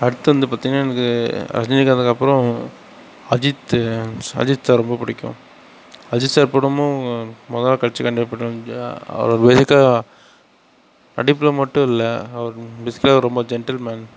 அடுத்து வந்து பார்த்திங்கனா எனக்கு ரஜினிகாந்துக்கு அப்புறம் அஜித் அஜித் சார் ரொம்ப பிடிக்கும் அஜித் சார் படமும் முதல் நாள் காட்சி கண்டிப்பாக அவர் பேஸிக்காக நடிப்பில் மட்டும் இல்லை அவர் பேஸிக்காக ரொம்ப ஜென்டில்மேன்